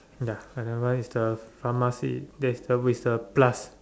ya another one is the pharmacy there's a with a plus